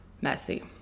messy